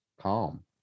calm